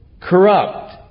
corrupt